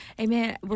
Amen